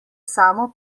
samo